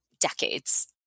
decades